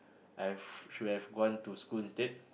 I've should've gone to school instead